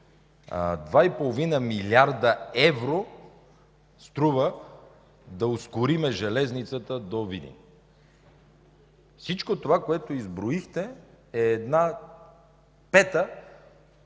2,5 млрд. евро струва да ускорим железницата до Видин. Всичко това, което изброихте, е една пета